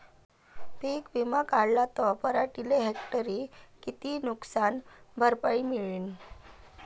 पीक विमा काढला त पराटीले हेक्टरी किती नुकसान भरपाई मिळीनं?